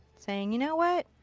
saying, you know what,